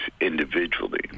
individually